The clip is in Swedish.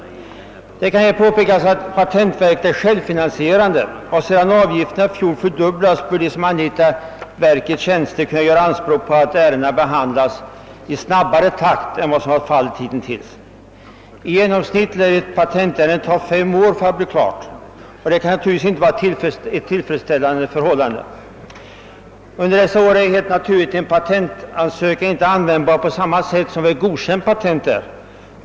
Det kan här påpekas att patentverket är självfinansierande och att de som anlitar verkets tjänster efter den i fjol fördubblade avgiften bör kunna göra anspråk på att patentärendena behandlas i snabbare takt än hittills. I genomsnitt lär ett patentärende ta fem år för att bli klart, och det kan givetvis inte vara tillfredsställande. Under den tiden är en patentansökan naturligtvis inte användbar på samma sätt som ett godkänt patent.